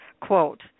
Quote